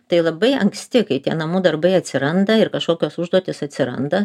tai labai anksti kai tie namų darbai atsiranda ir kažkokios užduotys atsiranda